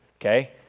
okay